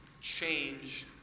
change